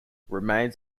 remains